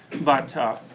but,